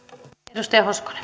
arvoisa